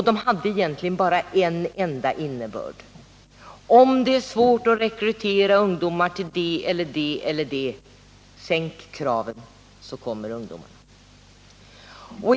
De hade egentligen bara en enda innebörd: Om det är svårt att rekrytera ungdomar till det eller det området, sänk kraven så kommer ungdomarna.